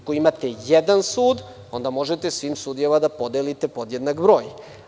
Ako imate jedan sud, onda možete svim sudijama da podelite podjednak broj.